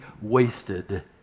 wasted